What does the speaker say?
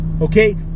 Okay